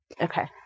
Okay